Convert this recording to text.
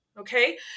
Okay